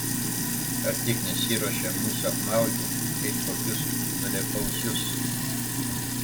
ar tik nesiruošia mus apmauti kaip kokius nulėpausius